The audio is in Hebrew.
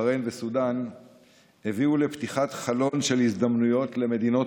בחריין וסודאן הביאו לפתיחת חלון של הזדמנויות למדינות